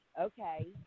okay